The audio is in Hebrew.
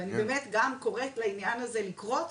אני באמת גם קוראת לעניין זה לקרות,